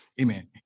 Amen